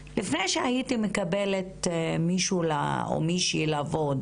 לפני שהייתי מקבלת מישהו או מישהי לעבוד,